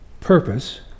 Purpose